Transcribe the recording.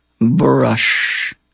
brush